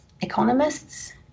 economists